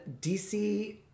DC